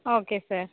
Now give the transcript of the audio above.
okay sir